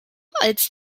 als